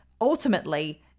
Ultimately